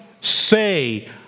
say